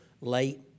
late